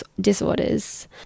disorders